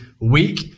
week